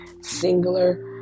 singular